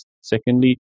secondly